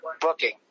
Booking